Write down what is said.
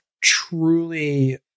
truly